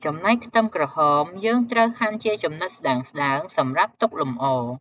ចំណែក ខ្ទឹមក្រហមយើងត្រូវហាន់ជាចំណិតស្ដើងៗសម្រាប់ទុកលម្អ។